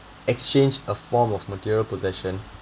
exchange a form of material possession